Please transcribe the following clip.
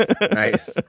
Nice